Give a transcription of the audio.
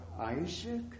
Isaac